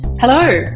Hello